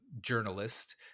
journalist